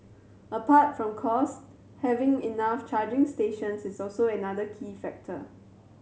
apart from cost having enough charging stations is also another key factor